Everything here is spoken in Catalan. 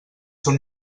són